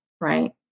right